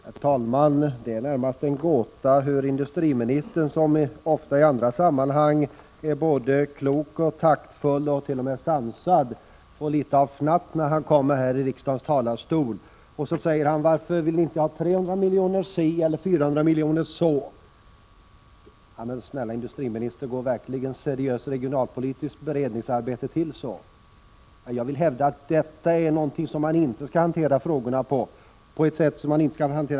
Herr talman! Det är närmast en gåta att industriministern, som ofta i andra sammanhang är både klok, taktfull och t.o.m. sansad, får nästan fnatt när han kommer upp i riksdagens talarstol. Han säger: Varför vill ni inte ha 300 miljoner si eller 400 miljoner så? Men snälla industriministern! Går seriöst regionalpolitiskt beredningsarbete verkligen till på det sättet? Jag vill hävda att detta är ett sätt som man inte skall hantera frågorna på.